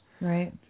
Right